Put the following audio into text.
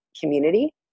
community